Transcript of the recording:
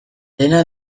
dena